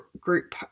group